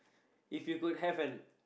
if you could have an